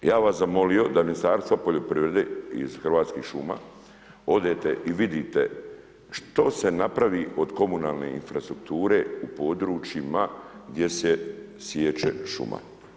Ja bih zamolio da Ministarstvo poljoprivrede iz Hrvatskih šuma odete i vidite što se napravi od komunalne infrastrukture u područjima gdje se siječe šuma.